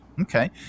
Okay